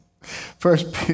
First